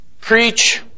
preach